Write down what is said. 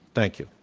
thank you.